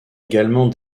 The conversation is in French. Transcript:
également